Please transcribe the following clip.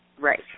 Right